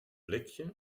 blikjes